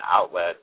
outlet